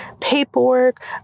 paperwork